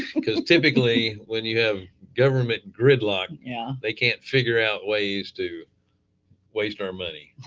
because typically, when you have government gridlock, yeah they can't figure out ways to waste our money,